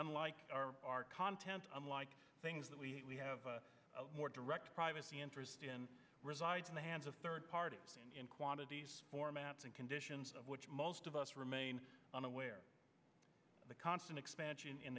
unlike our our content unlike things that we have a more direct privacy interest in resides in the hands of third parties in quantities for maps and conditions of which most of us remain unaware the constant expansion in